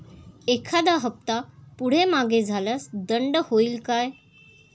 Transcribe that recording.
एखादा हफ्ता पुढे मागे झाल्यास दंड होईल काय?